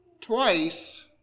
Twice